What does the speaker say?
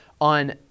on